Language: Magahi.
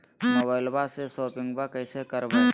मोबाइलबा से शोपिंग्बा कैसे करबै?